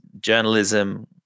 journalism